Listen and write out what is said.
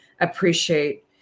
appreciate